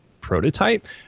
prototype